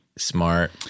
Smart